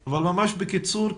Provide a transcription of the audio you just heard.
אבל ממש בקיצור,